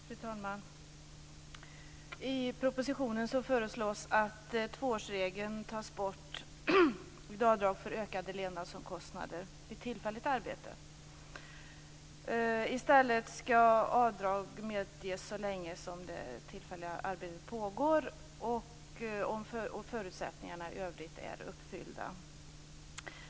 Fru talman! I propositionen föreslås att tvåårsregeln tas bort vid avdrag för ökade levnadsomkostnader vid tillfälligt arbete. I stället skall avdrag medges så länge som det tillfälliga arbetet pågår och förutsättningarna i övrigt är uppfyllda.